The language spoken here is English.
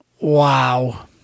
Wow